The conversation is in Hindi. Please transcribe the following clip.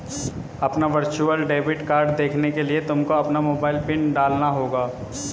अपना वर्चुअल डेबिट कार्ड देखने के लिए तुमको अपना मोबाइल पिन डालना होगा